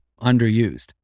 underused